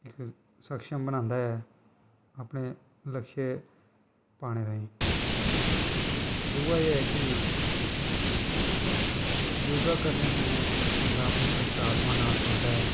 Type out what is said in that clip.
इक सक्षम बनांदा ऐ अपने लक्ष्य पाने ताईं दूआ एह् ऐ कि योगा करने कन्नै बंदा अपनी अंतर्आत्मा नाल जुड़दा ऐ